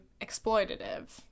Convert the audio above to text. exploitative